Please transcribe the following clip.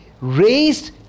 raised